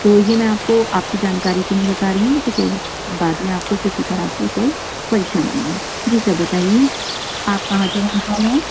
تو یہ میں آپ کو آپ کی جانکاری کے لئے بتا رہی ہوں کیوں کہ بعد میں آپ کو کسی طرح کی کوئی پریشانی نہ ہوں جی سر بتائیے آپ کہاں کے رہنے والے ہیں